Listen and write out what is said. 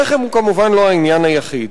מובן שהלחם הוא לא העניין היחיד,